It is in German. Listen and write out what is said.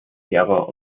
terror